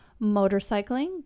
motorcycling